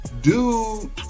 dude